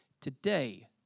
today